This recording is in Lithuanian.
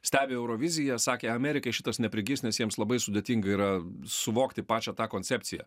stebi euroviziją sakė amerikai šitas neprigis nes jiems labai sudėtinga yra suvokti pačią tą koncepciją